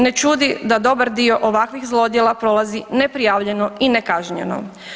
Ne čudi da dobar dio ovakvih zlodjela ne prolazi neprijavljeno i nekažnjeno.